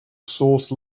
source